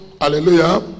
hallelujah